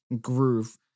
groove